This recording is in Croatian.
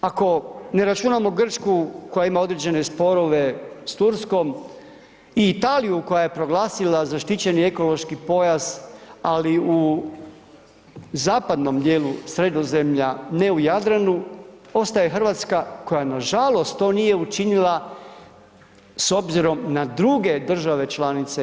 Ako ne računamo Grčku koja ima određene sporove sa Turskom i Italiju koja je proglasila zaštićeni ekološki pojas ali u zapadnom dijelu Sredozemlja, ne u Jadranu ostaje Hrvatska koja nažalost to nije učinila s obzirom na druge države članice EU.